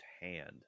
hand